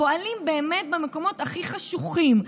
פועלים באמת במקומות הכי חשוכים,